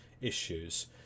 issues